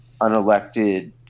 unelected